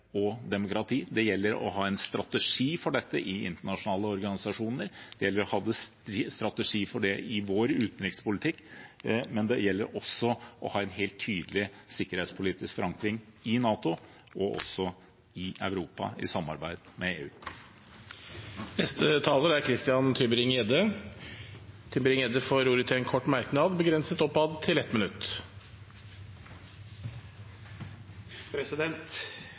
og demokrati. Det gjelder å ha en strategi for dette i internasjonale organisasjoner, det gjelder å ha en strategi for det i vår utenrikspolitikk, men det gjelder også å ha en helt tydelig sikkerhetspolitisk forankring i NATO og også i Europa i samarbeid med EU. Denne merknaden går til Moxnes, som later til